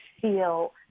feel